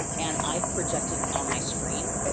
and i've projected on my screen,